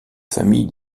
famille